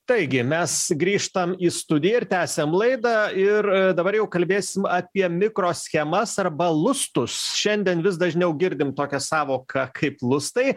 taigi mes grįžtam į studiją ir tęsiam laidą ir dabar jau kalbėsim apie mikroschemas arba lustus šiandien vis dažniau girdim tokią sąvoką kaip lustai